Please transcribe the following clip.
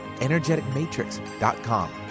energeticmatrix.com